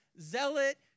zealot